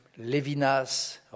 Levinas